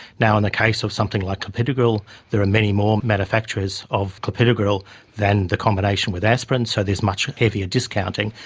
and the case of something like clopidogrel, there are many more manufacturers of clopidogrel than the combination with aspirin, so there is much heavier discounting,